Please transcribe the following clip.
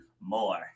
more